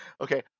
Okay